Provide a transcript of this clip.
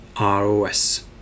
ROS